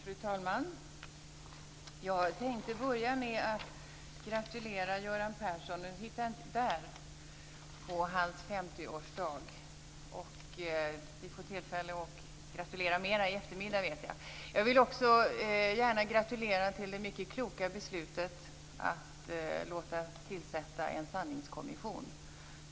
Fru talman! Jag tänkte börja med att gratulera Göran Persson på hans 50-årsdag. Vi får tillfälle att gratulera mera i eftermiddag, vet jag. Jag vill också gärna gratulera till det mycket kloka beslutet att låta tillsätta en sanningskommission.